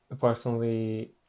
personally